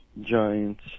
Giants